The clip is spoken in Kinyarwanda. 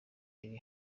iri